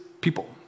people